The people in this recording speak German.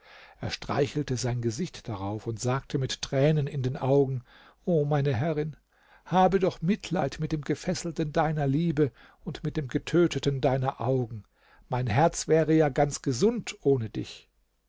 er streichelte sein gesicht darauf und sagte mit tränen in den augen o meine herrin habe doch mitleid mit dem gefesselten deiner liebe und mit dem getöteten deiner augen mein herz wäre ja ganz gesund ohne dich